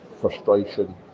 frustration